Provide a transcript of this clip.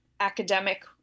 Academic